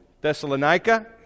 Thessalonica